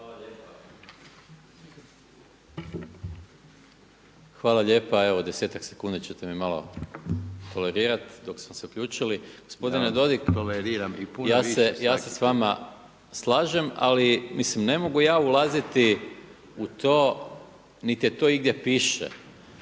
Hvala lijepa. Evo desetak sekundi ćete mi malo tolerirat dok sam se uključio. Gospodine Dodig, ja se sa vama slažem, ali mislim ne mogu ja ulaziti u to niti to igdje piše